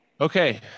okay